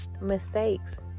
mistakes